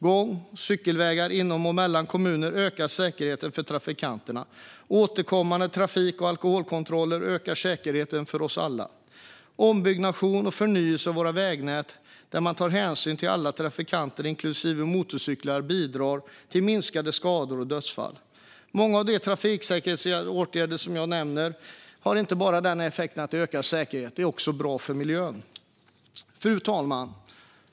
Gång och cykelvägar inom och mellan kommuner ökar säkerheten för trafikanterna. Återkommande trafik och alkoholkontroller ökar säkerheten för oss alla. Ombyggnation och förnyelse av våra vägnät, där man tar hänsyn till alla trafikanter inklusive motorcyklar, bidrar till minskade skador och dödsfall. Många av de trafiksäkerhetsåtgärder som jag nämner har inte bara den effekten att de ökar säkerheten, utan de är också bra för miljön. Fru talman!